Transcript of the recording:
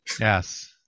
yes